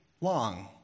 long